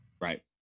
Right